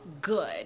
good